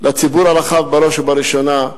בראש ובראשונה,